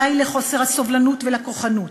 די לחוסר הסובלנות ולכוחנות,